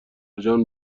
جان